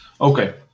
Okay